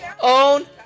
own